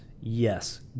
Yes